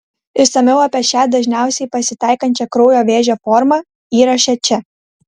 išsamiau apie šią dažniausiai pasitaikančią kraujo vėžio formą įraše čia